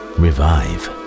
revive